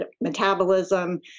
metabolism